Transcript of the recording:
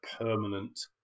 permanent